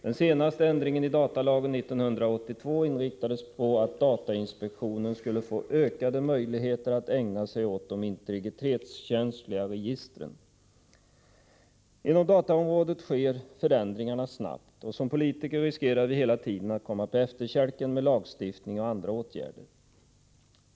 Den senaste ändringen i datalagen 1982 inriktades på att datainspektionen skulle få ökade möjligheter att ägna sig åt de integritetskänsligaste registren. Inom dataområdet sker förändringarna snabbt, och som politiker riskerar vi att hela tiden komma på efterkälken med lagstiftning och andra åtgärder.